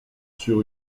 sur